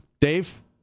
Dave